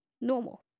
normal